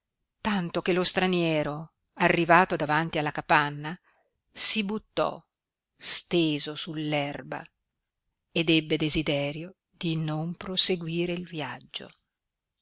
tanto che lo straniero arrivato davanti alla capanna si buttò steso sull'erba ed ebbe desiderio di non proseguire il viaggio